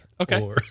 Okay